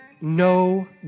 no